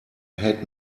had